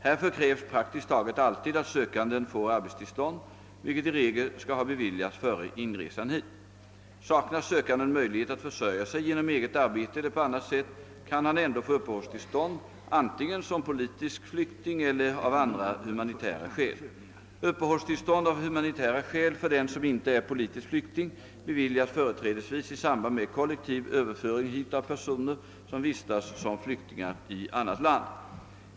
Härför krävs praktiskt taget alltid att sökanden får arbetstillstånd, vilket i regel skall ha beviljats före inresan hit. Saknar sökanden möjlighet att försörja sig genom eget arbete eller på annat sätt, kan han ändå få uppehållstillstånd antingen som politisk flykting eller av andra humanitära skäl. Uppehållstillstånd av humanitära skäl för den som inte är politisk flykting beviljas företrädesvis i samband med kollektiv överföring hit av personer som vistas som flyktingar i annat land.